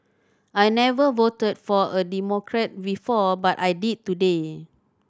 I never voted for a Democrat before but I did today